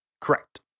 Correct